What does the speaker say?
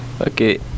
Okay